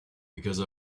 because